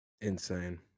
Insane